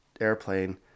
airplane